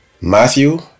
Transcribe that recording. Matthew